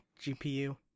GPU